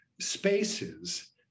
spaces